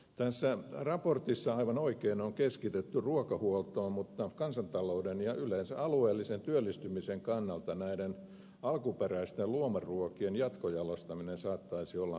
tässä raportissa aivan oikein on keskitytty ruokahuoltoon mutta kansantalouden ja yleensä alueellisen työllistymisen kannalta näiden alkuperäisten luomuruokien jatkojalostaminen saattaisi olla merkittävä mahdollisuus